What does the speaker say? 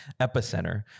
epicenter